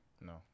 No